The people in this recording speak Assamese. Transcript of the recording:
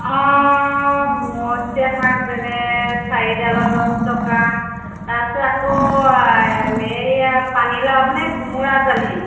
অঁ মৰীচিয়া শাক যেনে চাৰিডালত দছ টকা তাৰ পিছত আকৌ এইয়া পানীলাও মানে কোমোৰা জালি